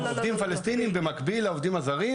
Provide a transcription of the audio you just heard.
עובדים פלסטינים במקביל לעובדים הזרים,